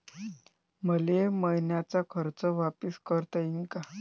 मले मईन्याचं कर्ज वापिस करता येईन का?